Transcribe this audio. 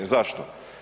Zašto?